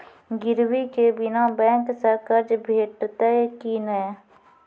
गिरवी के बिना बैंक सऽ कर्ज भेटतै की नै?